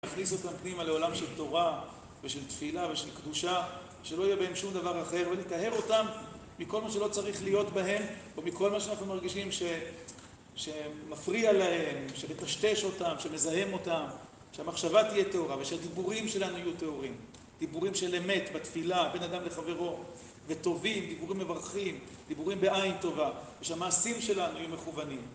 אני אכניס אותם פנימה לעולם של תורה ושל תפילה ושל קדושה שלא יהיה בהם שום דבר אחר ואני אטהר אותם מכל מה שלא צריך להיות בהם ומכל מה שאנחנו מרגישים שמפריע להם, שמטשטש אותם, שמזהם אותם שהמחשבה תהיה תאורה ושהדיבורים שלנו יהיו תאורים דיבורים של אמת בתפילה בין אדם לחברו וטובים, דיבורים מברכים, דיבורים בעין טובה ושהמעשים שלנו יהיו מכוונים